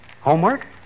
Homework